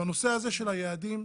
בנושא הזה של היעדים,